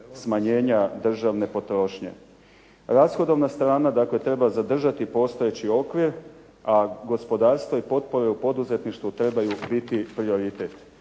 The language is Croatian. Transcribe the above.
smanjena državne potrošnje. Rashodovna strana treba zadržati postojeći okvir, a gospodarstva i potpore u poduzetništvu trebaju biti prioritet.